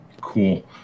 Cool